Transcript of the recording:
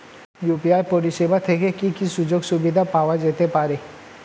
UPI পরিষেবা থেকে কি কি সুযোগ সুবিধা পাওয়া যেতে পারে?